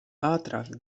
ātrāk